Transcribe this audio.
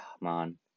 man